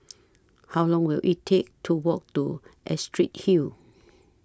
How Long Will IT Take to Walk to Astrid Hill